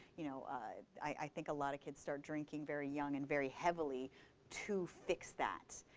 you know i think a lot of kids start drinking very young and very heavily to fix that.